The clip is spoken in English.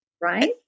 right